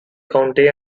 county